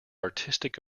artistic